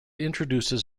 introduces